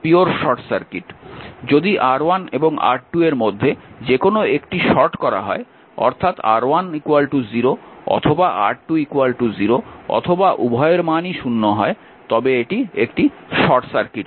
যদি R1 এবং R2 এর মধ্যে যে কোনও একটি শর্ট করা হয় অর্থাৎ হয় R1 0 অথবা R2 0 অথবা উভয়ের মানই 0 হয় তবে এটি শর্ট সার্কিট হবে